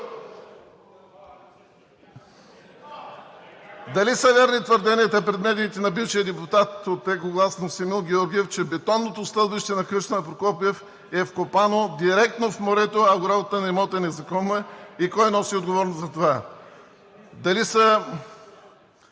Дали са верни твърденията пред медиите на бившия депутат от „Екогласност“ Емил Георгиев, че бетонното стълбище на къщата на Прокопиев е вкопано директно в морето, а оградата на имота е незаконна и кой носи отговорност за това? Дали са